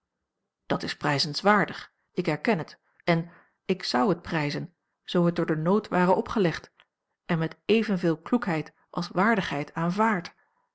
dat is prijzenswaardig ik erken het en ik zou het prijzen zoo het door den nood ware opgelegd en met evenveel kloekheid als waardigheid aanvaard